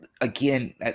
again